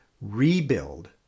rebuild